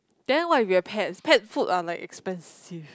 then what if you have pets pet food are like expensive